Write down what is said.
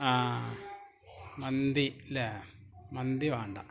ആ മന്തി അല്ലേ മന്തി വേണ്ട